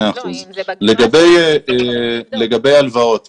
לגבי הלוואות.